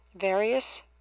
various